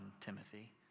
Timothy